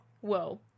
Whoa